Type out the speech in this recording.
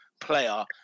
Player